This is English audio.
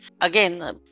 again